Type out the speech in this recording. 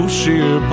sheer